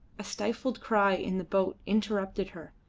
a stifled cry in the boat interrupted her,